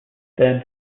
then